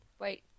Wait